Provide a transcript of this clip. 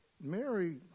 Mary